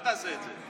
אל תעשה את זה.